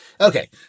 Okay